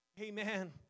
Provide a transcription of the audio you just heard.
Amen